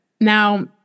Now